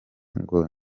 ngo